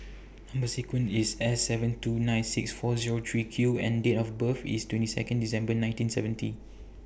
Number sequence IS S seven two nine six four Zero three Q and Date of birth IS twenty Second December nineteen seventy